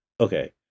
okay